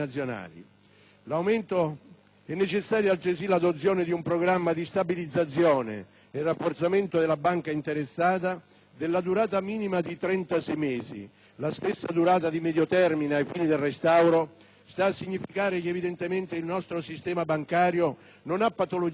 è necessaria l'adozione di un programma di stabilizzazione e rafforzamento della banca interessata della durata minima di 36 mesi. La stessa durata di medio termine ai fini del restauro sta a significare evidentemente che il nostro sistema bancario non ha patologie tali